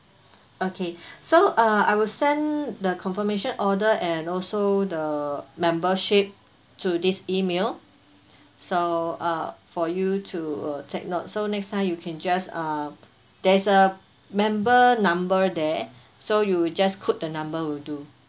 okay so uh I will send the confirmation order and also the membership to this email so uh for you to uh take note so next time you can just uh there's a member number there so you just quote the number will do